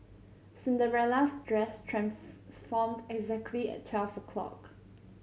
Cinderella's dress transformed exactly at twelve o' clock